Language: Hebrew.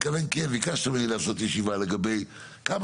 ביקשתם ממני לעשות ישיבה לגבי כמה